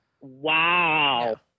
Wow